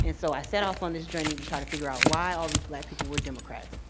and so i set off on this journey to try to figure out why all these black people were democrats.